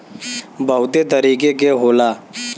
बहुते तरीके के होला